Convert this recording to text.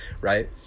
right